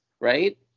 right